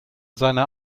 seinen